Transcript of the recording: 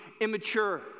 immature